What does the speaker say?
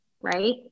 right